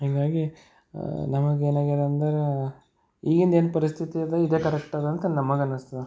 ಹೀಗಾಗಿ ನಮ್ಗೆ ಏನಾಗ್ಯದ ಅಂದ್ರೆ ಈಗಿಂದು ಏನು ಪರಿಸ್ಥಿತಿ ಅದ ಇದೆ ಕರೆಕ್ಟಾದ ಅಂತ ನಮಗೆ ಅನ್ನಿಸ್ತದ